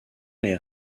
les